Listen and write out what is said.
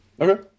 Okay